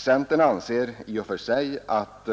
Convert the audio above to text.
Centern anser att